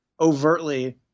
overtly